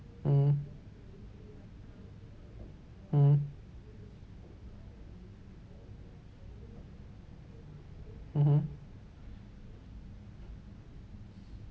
mm mm mmhmm